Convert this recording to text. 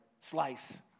slice